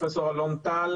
פרופ' אלון טל.